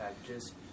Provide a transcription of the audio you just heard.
packages